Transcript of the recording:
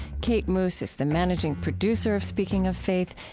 kate moos is the managing producer of speaking of faith,